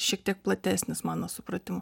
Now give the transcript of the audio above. šiek tiek platesnis mano supratimu